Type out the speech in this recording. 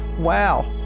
wow